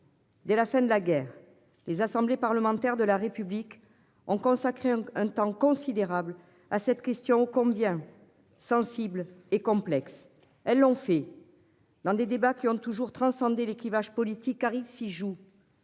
Dès la fin de la guerre. Les assemblées parlementaires de la République ont consacré un temps considérable à cette question, oh combien sensible et complexe. Elles ont fait. Dans des débats qui ont toujours transcendé les clivages politiques arrive s'il joue.